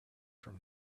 from